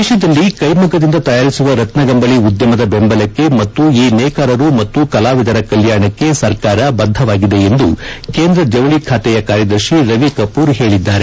ದೇಶದಲ್ಲಿ ಕೈಮಗ್ಗದಿಂದ ತಯಾರಿಸುವ ರತ್ನಗಂಬಳಿ ಉದ್ಯಮದ ಬೆಂಬಲಕ್ಕೆ ಮತ್ತು ಈ ನೇಕಾರು ಮತ್ತು ಕಲಾವಿದರ ಕಲ್ಲಾಣಕ್ಕೆ ಸರ್ಕಾರ ಬದ್ದವಾಗಿದೆ ಎಂದು ಕೇಂದ್ರ ಜವಳಿ ಖಾತೆಯ ಕಾರ್ಯದರ್ಶಿ ರವಿಕಮೂರ್ ಹೇಳಿದ್ದಾರೆ